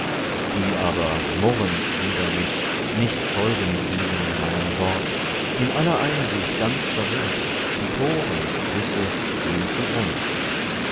die aber murrend wider mich nicht folgen diesem meinem wort in aller einsicht ganz verwirrt die toren wisse gehn zugrund